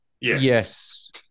yes